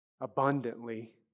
abundantly